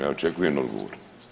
Ja očekujem odgovor.